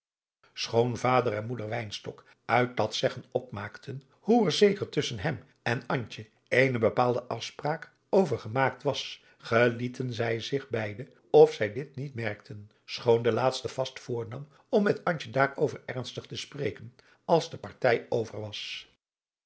schoon vader en moeder wynstok uit dat zeggen opmaakten hoe er zeker tusschen hem en antje eene bepaalde afspraak over gemaakt was gelieten zij zich beide of zij dit niet merkten schoon de laatste vast voornam om met antje daarover ernstig te spreken als de partij over was